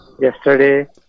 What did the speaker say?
yesterday